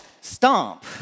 stomp